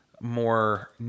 more